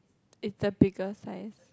it's the biggest size